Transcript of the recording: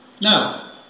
Now